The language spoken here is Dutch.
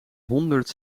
honderd